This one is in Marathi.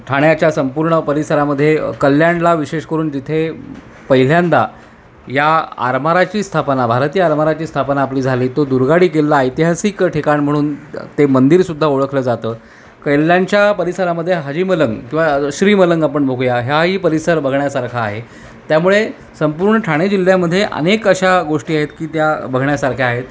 ठाण्याच्या संपूर्ण परिसरामध्ये कल्याणला विशेष करून जिथे पहिल्यांदा या आरमाराची स्थापना भारतीय आरमाराची स्थापना आपली झाली तो दुर्गाडी किल्ला ऐतिहासिक ठिकाण म्हणून ते मंदिरसुद्धा ओळखलं जातं कल्याणच्या परिसरामध्ये हाजी मलंग किंवा श्रीमलंग आपण बघूया ह्याही परिसर बघण्यासारखा आहे त्यामुळे संपूर्ण ठाणे जिल्ह्यामध्ये अनेक अशा गोष्टी आहेत की त्या बघण्यासारख्या आहेत